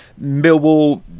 Millwall